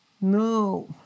No